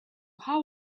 how